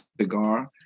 cigar